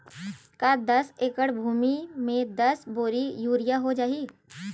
का दस एकड़ भुमि में दस बोरी यूरिया हो जाही?